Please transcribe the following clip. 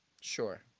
Sure